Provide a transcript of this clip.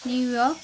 new York